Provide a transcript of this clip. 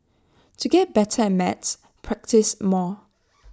to get better at maths practise more